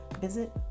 visit